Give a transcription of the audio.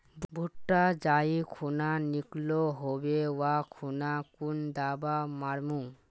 भुट्टा जाई खुना निकलो होबे वा खुना कुन दावा मार्मु?